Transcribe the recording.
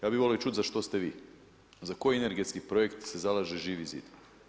Ja bih volio čuti za što ste vi, za koji energetski projekt se zalaže Živi zid.